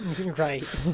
Right